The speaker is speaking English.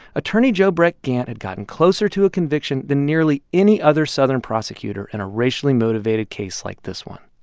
attorney joe breck gantt had gotten closer to a conviction than nearly any other southern prosecutor in a racially motivated case like this one.